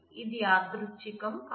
ఇది యాదృచ్చికం కాదు